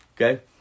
Okay